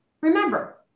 remember